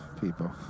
people